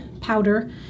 powder